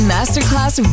Masterclass